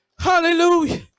Hallelujah